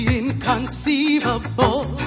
inconceivable